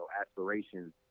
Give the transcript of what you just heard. aspirations